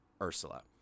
Ursula